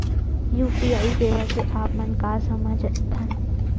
UPI सेवा से आप मन का समझ थान?